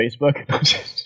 Facebook